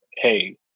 hey